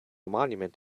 monument